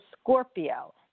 Scorpio